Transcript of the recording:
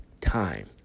time